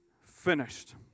finished